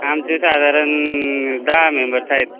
आमचे साधारण दहा मेंबर्स आहेत